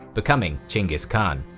becoming chinggis khan.